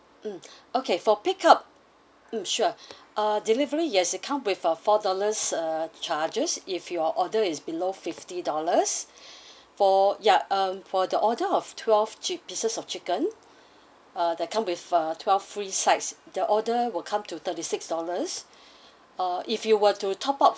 mm okay for pick up mm sure uh delivery yes it come with a four dollars err charges if your order is below fifty dollars for ya um for the order of twelve chi~ pieces of chicken uh that come with uh twelve free sides the order will come to thirty six dollars uh if you were to top up